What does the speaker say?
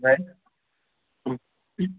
right